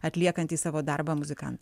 atliekantį savo darbą muzikantą